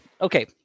Okay